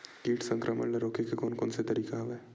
कीट संक्रमण ल रोके के कोन कोन तरीका हवय?